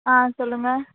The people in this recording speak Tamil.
ஆ சொல்லுங்கள்